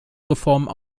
reformen